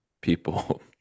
people